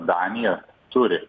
daniją turi